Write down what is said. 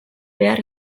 behar